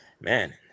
Man